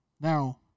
now